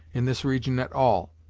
in this region at all.